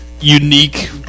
unique